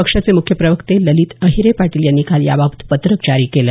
पक्षाचे मुख्य प्रवक्ते ललित अहिरे पाटील यांनी काल याबाबत पत्रक जारी केलं